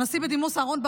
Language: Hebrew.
הנשיא בדימוס אהרן ברק,